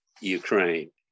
Ukraine